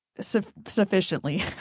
sufficiently